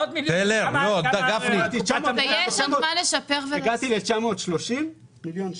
הגעתי ל-930 מיליון שקלים.